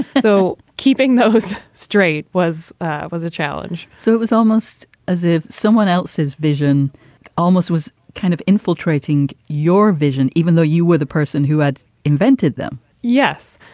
so keeping those straight was was a challenge so it was almost as if someone else's vision almost was kind of infiltrating your vision, even though you were the person who had invented them yes.